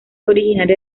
originaria